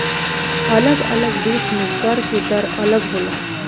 अलग अलग देश में कर के दर अलग होला